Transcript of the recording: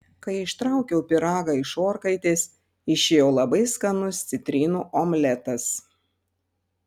kai ištraukiau pyragą iš orkaitės išėjo labai skanus citrinų omletas